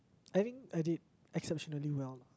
I think I did exceptionally well